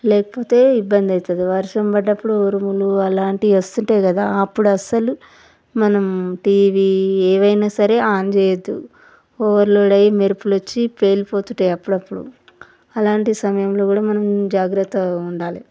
లేకపోతే ఇబ్బంది అవుతుంది వర్షం పడిప్పుడు ఉరుములు అలాంటివి వస్తుంటాయి కదా అప్పుడు అసలు మనం టీవీ ఏమైనా సరే ఆన్ చేయద్దు ఓవర్ లోడ్ అవి మెరుపులు వచ్చి పేలిపోతు ఉంటాయి అప్పుడప్పుడు అలాంటి సమయంలో కూడా మనం జాగ్రత్తగా ఉండాలి